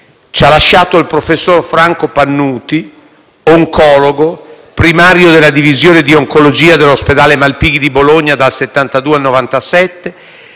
Ci ha lasciato il professor Franco Pannuti, oncologo primario della divisione di oncologia dell'ospedale Malpighi di Bologna dal 1972 al 1997,